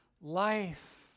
life